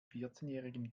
vierzehnjährigen